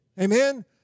Amen